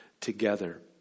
together